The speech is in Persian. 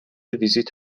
ویزیت